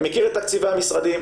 אני מכיר את תקציבי המשרדים,